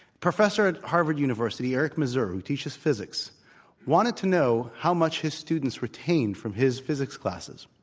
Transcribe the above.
professor at harvard university, eric mazur who teaches physics wanted to know how much his students retained from his physics classes.